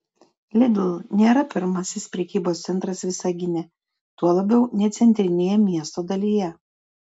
lidl nėra pirmasis prekybos centras visagine tuo labiau ne centrinėje miesto dalyje